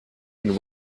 been